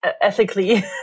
ethically